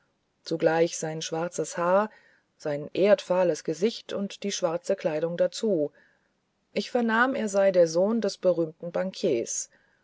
zugleich sein schwarzes haar sein erdfahles gesicht und die schwarze kleidung dazu ich vernahm er sei der sohn des berühmten bankiers